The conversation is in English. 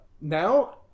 now